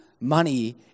Money